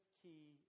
key